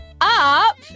up